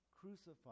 Crucified